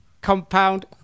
compound